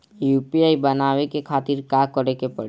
UPI बनावे के खातिर का करे के पड़ी?